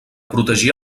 protegir